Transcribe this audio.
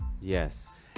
Yes